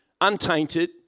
untainted